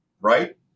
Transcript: right